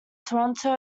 toronto